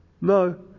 no